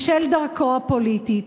בשל דרכו הפוליטית,